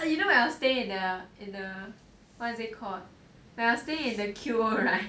you know when I staying in the what is it called when I was staying in the Q_O right